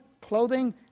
clothing